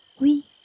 Oui